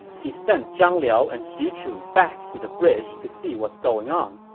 he sent zhang liao and xu chu back to the bridge to see what's going on